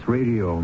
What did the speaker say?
Radio